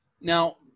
now